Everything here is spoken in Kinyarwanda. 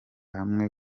hamwe